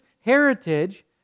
heritage